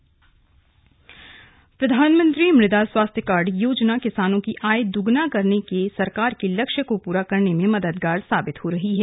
प्रधानमंत्री मृदा कार्ड प्रधानमंत्री मुदा स्वास्थ्य कार्ड योजना किसानों की आय दुगना करने के सरकार के लक्ष्य को पूरा करने में मददगार साबित हो रही है